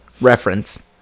reference